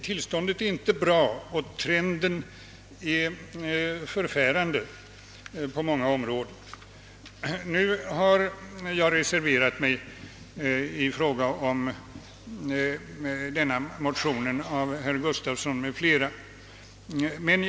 Tillståndet är inte bra, och trenden är förfärande på många håll. Jag har reserverat mig till förmån för motionen av herr Gustafsson i Borås m.fl.